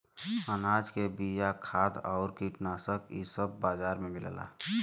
अनाज के बिया, खाद आउर कीटनाशक इ सब बाजार में मिलला